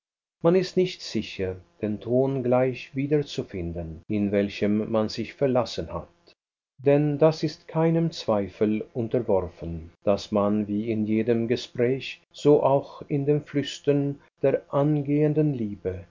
man ist nicht sicher den ton gleich wiederzufinden in welchem man sich verlassen hat denn das ist keinem zweifel unterworfen daß man wie in jedem gespräch so auch in dem flüstern der angehenden liebe